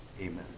amen